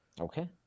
Okay